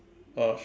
uh sure